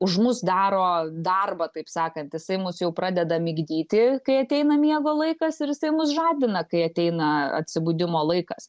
už mus daro darbą taip sakant jisai mus jau pradeda migdyti kai ateina miego laikas ir jisai mus žadina kai ateina atsibudimo laikas